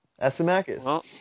Asimakis